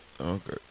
Okay